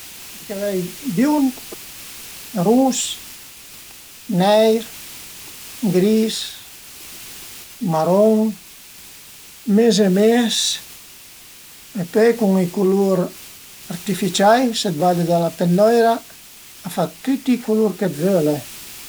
Alura tan për ëncaminé bin fa 'na coza, cumincia a lezi dë liber dë scritur, diversi liber e pöi ün cunsei ëmpurtant a sarìa cust si: cerca dë fete amis d'ün dë chësti ch'al a scrivü dë liber che a t'enteresu, pöi tröve ën arument ch'a të pias e cumince a fe le prõve, te scrive e pöi rileze e vëde se a t'pias